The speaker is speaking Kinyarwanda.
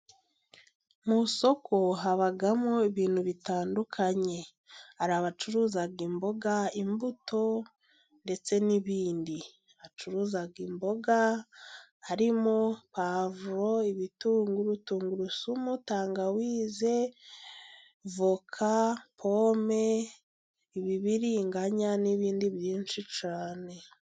Mu isoko habamo ibintu bitandukanye. Hari abacuruza imboga, imbuto ndetse n'ibindi. Bacuruza imboga harimo puwavuro, ibitunguru, tungurusumu, tangawizi, voka, pome, ibibiriganya n'ibindi byinshi cyane.